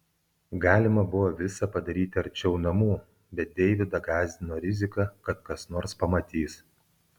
galima buvo visa padaryti arčiau namų bet deividą gąsdino rizika kad kas nors pamatys